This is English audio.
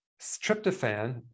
tryptophan